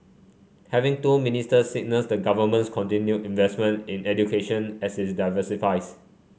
having two ministers signals the government's continued investment in education as it diversifies